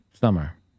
summer